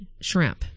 shrimp